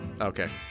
Okay